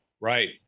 Right